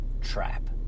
trap